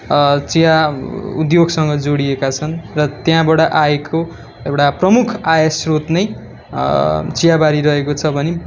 चिया उद्योगसँग जोडिएका छन् र त्यहाँबाट आएको एउटा प्रमुख आयस्रोत नै चियाबारी रहेको छ भने